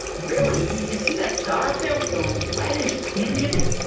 really. you see that star up there with the reddish tinge in it? oh,